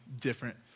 different